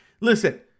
listen